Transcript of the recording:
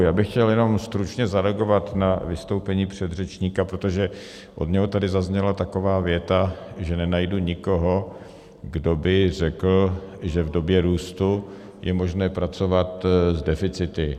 Já bych chtěl jenom stručně zareagovat na vystoupení předřečníka, protože od něj tady zazněla taková věta, že nenajdu nikoho, kdo by řekl, že v době růstu je možné pracovat s deficity.